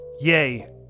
Yay